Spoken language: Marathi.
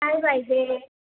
काय पाहिजे